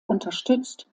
unterstützt